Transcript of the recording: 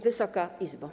Wysoka Izbo!